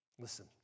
Listen